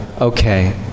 okay